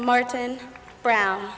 martin brown